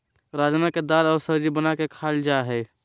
राजमा के दाल और सब्जी बना के खाल जा हइ